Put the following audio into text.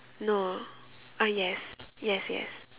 no uh yes yes yes